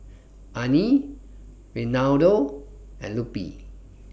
Anie Reinaldo and Lupe